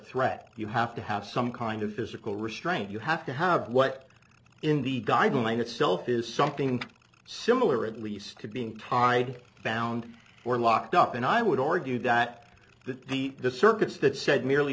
threat you have to have some kind of physical restraint you have to have what in the guideline itself is something similar at least to being tied found were locked up and i would argue that that the disservice that said merely